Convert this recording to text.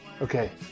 Okay